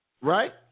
right